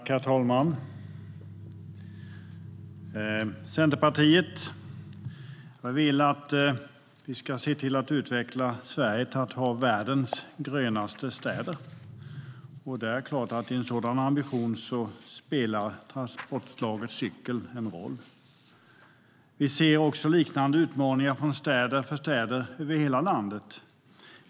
Herr talman! Centerpartiet vill att Sverige ska utveckla världens grönaste städer. I en sådan ambition spelar transportslaget cykel en roll. Vi ser också liknande utmaningar för städer över hela landet.